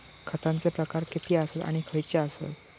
खतांचे प्रकार किती आसत आणि खैचे आसत?